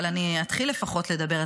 אבל אני אתחיל לפחות לדבר,